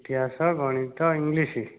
ଇତିହାସ ଗଣିତ ଇଂଲିଶ